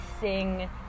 sing